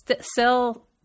sell